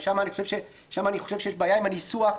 שם אני חושב שיש בעיה עם הניסוח,